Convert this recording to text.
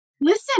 listen